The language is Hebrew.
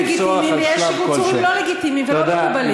יש קיצורים לגיטימיים ויש קיצורים לא לגיטימיים ולא מקובלים.